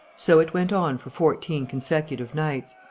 so it went on for fourteen consecutive nights.